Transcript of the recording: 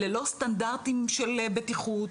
ללא סטנדרטים של בטיחות,